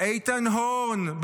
איתן הורן,